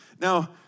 Now